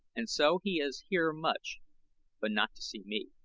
and so he is here much but not to see me.